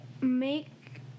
make